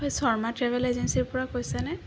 হয় শৰ্মা ট্ৰেভেল এজেঞ্চীৰ পৰা কৈছেনে